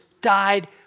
died